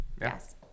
Yes